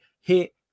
Hit